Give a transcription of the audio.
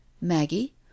Maggie